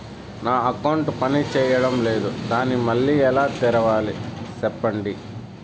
నా అకౌంట్ పనిచేయడం లేదు, దాన్ని మళ్ళీ ఎలా తెరవాలి? సెప్పండి